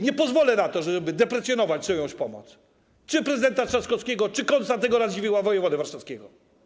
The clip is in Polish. Nie pozwolę na to, żeby deprecjonować czyjąś pomoc: czy prezydenta Trzaskowskiego, czy Konstantego Radziwiłła, wojewody warszawskiego.